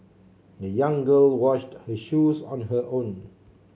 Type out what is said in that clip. the young girl washed her shoes on her own